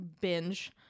binge